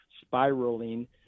spiraling